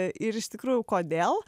ir iš tikrųjų kodėl